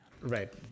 Right